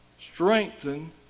strengthen